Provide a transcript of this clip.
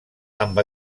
amb